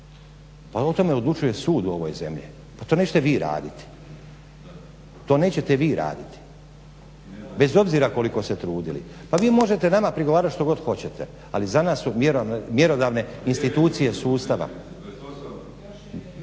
pa o tome odlučuje sud u ovoj zemlji pa to nećete vi raditi bez obzira koliko se trudili. Pa vi možete nama prigovarati što god hoćete ali za nas su mjerodavne institucije sustava.